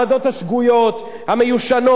שאינן עולות בקנה אחד עם המציאות.